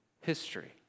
history